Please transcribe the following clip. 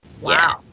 Wow